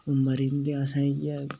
उमर रैंह्दे अस इ'यै